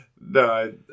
No